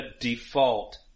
default